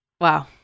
wow